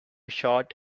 short